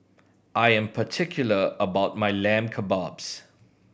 I am particular about my Lamb Kebabs